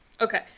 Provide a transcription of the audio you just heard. Okay